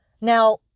now